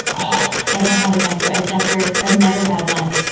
i don't have a junk drawer. i've never i've never had one.